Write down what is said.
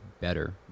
better